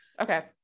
Okay